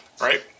Right